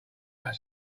that